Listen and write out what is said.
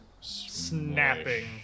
snapping